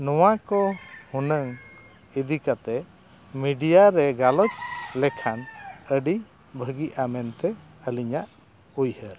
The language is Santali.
ᱱᱚᱣᱟ ᱠᱚ ᱦᱩᱱᱟᱹᱝ ᱤᱫᱤ ᱠᱟᱛᱮ ᱢᱤᱰᱤᱭᱟ ᱨᱮ ᱜᱟᱞᱚᱪ ᱞᱮᱠᱷᱟᱱ ᱟᱹᱰᱤ ᱵᱷᱟᱹᱜᱤᱜᱼᱟ ᱢᱮᱱᱛᱮ ᱟᱹᱞᱤᱧᱟᱜ ᱩᱭᱦᱟᱹᱨ